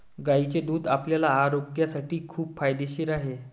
गायीचे दूध आपल्या आरोग्यासाठी खूप फायदेशीर आहे